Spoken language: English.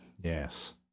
Yes